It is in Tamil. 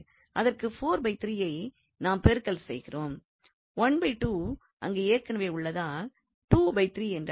அதற்கு ஐ நாம் பெருக்கல் செய்கிறோம் அங்கு ஏற்கனவே உள்ளதால் என்றாகிறது